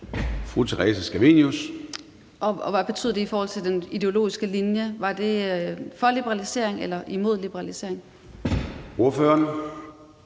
Theresa Scavenius (UFG): Hvad betyder det i forhold til den ideologiske linje? Var det et udsagn for liberalisering eller imod liberalisering? Kl.